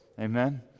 Amen